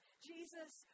Jesus